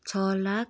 छ लाख